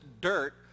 dirt